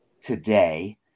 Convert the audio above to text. today